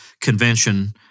convention